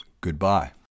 goodbye